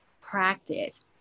practice